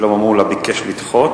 חבר הכנסת שלמה מולה ביקש לדחות.